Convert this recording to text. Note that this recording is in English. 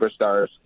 superstars